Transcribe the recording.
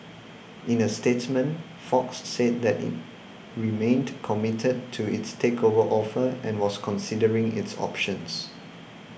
in a statement Fox said that it remained committed to its takeover offer and was considering its options